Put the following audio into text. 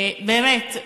באמת,